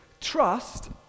Trust